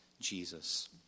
Jesus